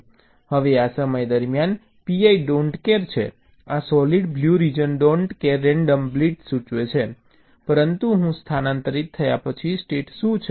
હવે આ સમય દરમિયાન PI don't care don't care છે આ solid blue region don't care random bits સૂચવે છે પરંતુ હું સ્થાનાંતરિત થયા પછી સ્ટેટ શું છે